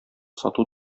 сату